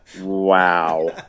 Wow